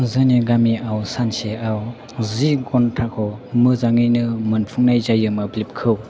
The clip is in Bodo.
जोंनि गामियाव सानसेआव जि घन्टाखौ मोजाङैनो मोनफुंनाय जायो मोब्लिबखौ